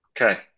Okay